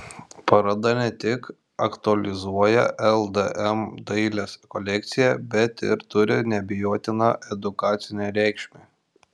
paroda ne tik aktualizuoja ldm dailės kolekciją bet ir turi neabejotiną edukacinę reikšmę